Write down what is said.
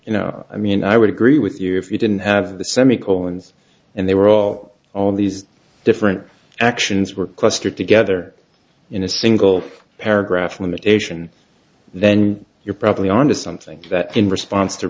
you know i mean i would agree with you if you didn't have the semi colons and they were all all these different actions were clustered together in a single paragraph limitation then you're probably on to something that in response to